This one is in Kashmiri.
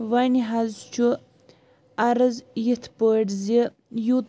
وۄنۍ حظ چھُ عرض یِتھ پٲٹھۍ زِ یُہ